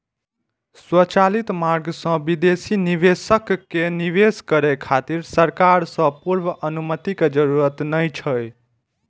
स्वचालित मार्ग सं विदेशी निवेशक कें निवेश करै खातिर सरकार सं पूर्व अनुमति के जरूरत नै छै